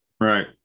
Right